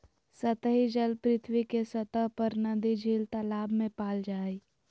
सतही जल पृथ्वी के सतह पर नदी, झील, तालाब में पाल जा हइ